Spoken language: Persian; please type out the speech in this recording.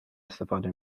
استفاده